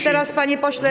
Teraz, panie pośle.